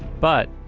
but,